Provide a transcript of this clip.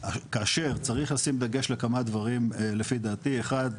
כאשר צריך לשים דגש לכמה דברים לפי דעתי, אחד,